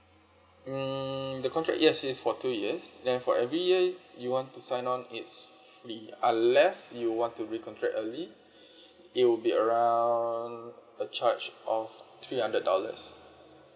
mm the contract yes is for two years then for every year you want to sign on it's free unless you want to recontract early it would be around a charge of three hundred dollars